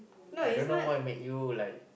I don't know why make you like